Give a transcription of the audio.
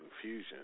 confusion